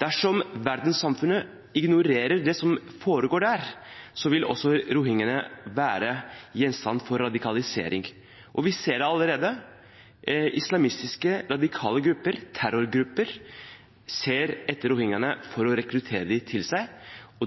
Dersom verdenssamfunnet ignorerer det som foregår der, vil også rohingyaene være gjenstand for radikalisering. Vi ser det allerede – islamistiske radikale grupper, terrorgrupper, ser etter rohingyaene for å rekruttere dem til seg.